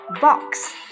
Box